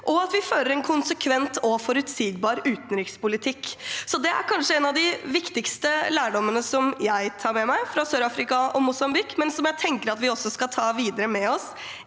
og at vi fører en konsekvent og forutsigbar utenrikspolitikk. Det er kanskje en av de viktigste lærdommene jeg tar med meg fra Sør-Afrika og Mosambik, og som jeg tenker at vi også skal ta med oss